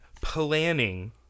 planning